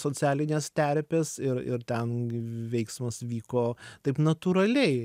socialinės terpės ir ir ten veiksmas vyko taip natūraliai